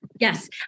Yes